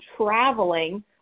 traveling